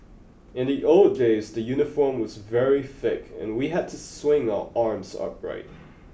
in the old days the uniform was very thick and we had to swing our arms upright